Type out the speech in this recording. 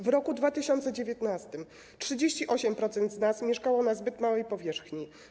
W roku 2019 38% z nas mieszkało na zbyt małej powierzchni.